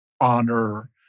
honor